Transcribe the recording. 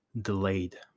delayed